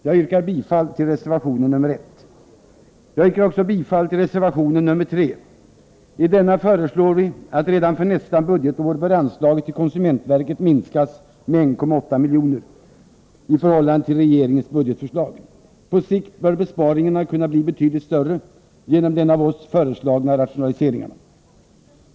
Jag yrkar bifall till reservation 1. Jag yrkar också bifall till reservation 3. I denna föreslår vi att redan för nästa budgetår anslaget till konsumentverket skall minskas med 1,8 milj.kr. i förhållande till regeringens budgetförslag. På sikt bör besparingarna kunna bli betydligt större genom de av oss föreslagna rationaliseringarna.